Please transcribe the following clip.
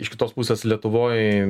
iš kitos pusės lietuvoj